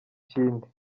kindi